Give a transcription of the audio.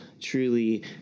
truly